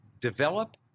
develop